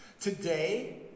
Today